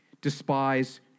despise